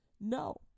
No